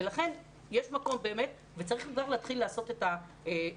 לכן יש מקום וצריך כבר להתחיל לעשות את המעשים.